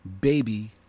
Baby